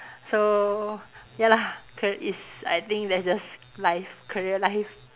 so ya lah ca~ is I think that's just life career life